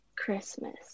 Christmas